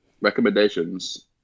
Recommendations